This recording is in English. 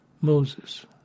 Moses